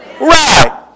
Right